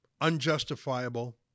unjustifiable